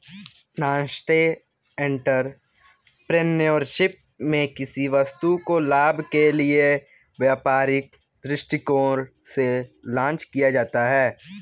nascent entrepreneurship में किसी वस्तु को लाभ के लिए व्यापारिक दृष्टिकोण से लॉन्च किया जाता है